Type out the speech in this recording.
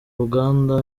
ruganda